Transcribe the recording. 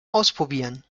ausprobieren